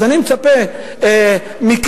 אז אני מצפה מכם,